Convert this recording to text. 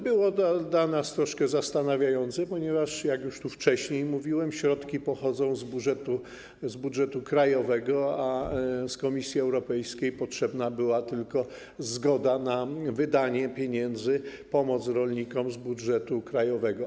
Było to dla nas troszkę zastanawiające, ponieważ - jak już tu wcześniej mówiłem - środki pochodzą z budżetu krajowego, a od Komisji Europejskiej potrzebna była tylko zgoda na wydanie pieniędzy, pomoc rolnikom z budżetu krajowego.